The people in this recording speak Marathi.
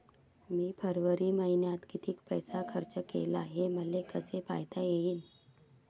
मी फरवरी मईन्यात कितीक पैसा खर्च केला, हे मले कसे पायता येईल?